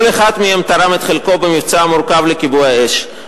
כל אחד מהם תרם את חלקו במבצע המורכב לכיבוי האש.